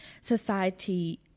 society